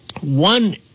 One